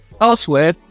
elsewhere